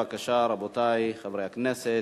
בבקשה, רבותי חברי הכנסת.